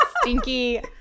stinky